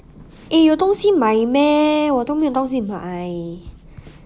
eh 有东西买 meh 我都没有东西买